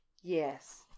Yes